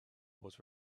was